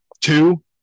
Two